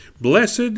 Blessed